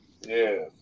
Yes